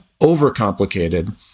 overcomplicated